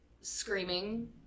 screaming